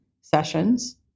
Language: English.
sessions